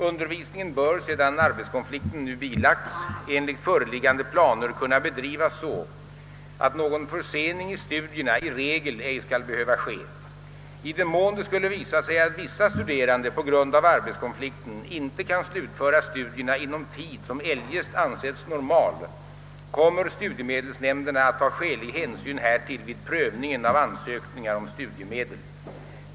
Undervisningen bör, sedan arbetskonflikten nu bilagts, enligt föreliggande planer kunna bedrivas så att någon försening i studierna i regel ej skall behöva ske. I den mån det skulle visa sig att vissa studerande på grund av arbetskonflikten inte kan slutföra studierna inom tid som eljest ansetts normal kommer studiemedelsnämnderna att ta skälig hänsyn härtill vid prövningen av ansökningar om studiemedel.